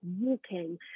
walking